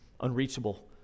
unreachable